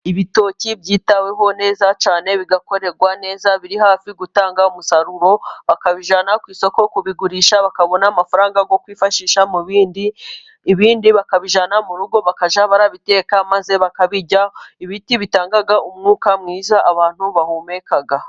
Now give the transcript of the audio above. Ibitoki byitaweho neza cyane, bigakorerwa neza biri hafi gutanga umusaruro, bakabijyana ku isoko kubigurisha, bakabona amafaranga yo kwifashisha mu bindi, ibindi bakabijyana no mu rugo bakajya babiteka maze bakabirya. Ibiti bitanga umwuka mwiza abantu bahumeka.